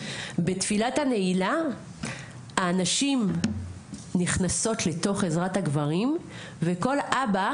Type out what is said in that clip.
בתפילת הנעילה הנשים נכנסות לתוך עזרת הגברים וכל אבא